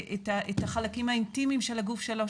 את החלקים האינטימיים של הגוף שלו,